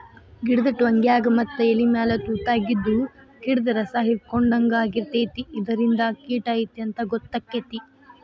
ಗಿಡದ ಟ್ವಂಗ್ಯಾಗ ಮತ್ತ ಎಲಿಮ್ಯಾಲ ತುತಾಗಿದ್ದು ಗಿಡ್ದ ರಸಾಹಿರ್ಕೊಡ್ಹಂಗ ಆಗಿರ್ತೈತಿ ಇದರಿಂದ ಕಿಟ ಐತಿ ಅಂತಾ ಗೊತ್ತಕೈತಿ